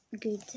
good